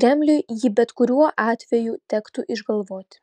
kremliui jį bet kurio atveju tektų išgalvoti